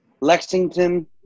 Lexington